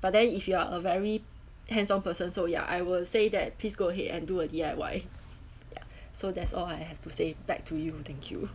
but then if you are a very hands on person so ya I would say that please go ahead and do a D_I_Y ya so that's all I have to say back to you thank you